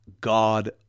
God